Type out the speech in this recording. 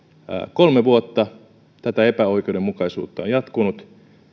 kolme vuotta tätä epäoikeudenmukaisuutta on jatkunut